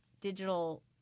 digital